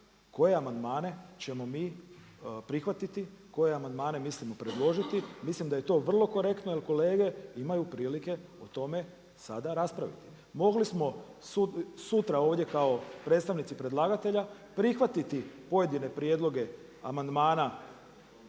koje amandmane ćemo mi prihvatiti, koje amandmane mislimo predložiti, mislim da je to vrlo korektno jer kolege imaju prilike o tome sada raspraviti. Mogli smo sutra ovdje kao predstavnici predlagatelja prihvatiti pojedine prijedloge amandmana